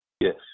Yes